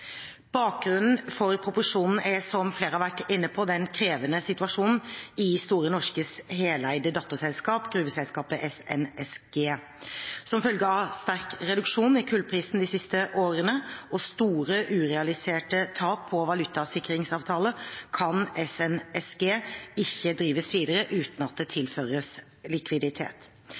Bakgrunnen for proposisjonen er, som flere har vært inne på, den krevende situasjonen i Store Norskes heleide datterselskap, gruveselskapet SNSG. Som følge av sterk reduksjon i kullprisen de siste årene og store urealiserte tap på valutasikringsavtaler kan SNSG ikke drives videre uten at det